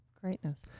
greatness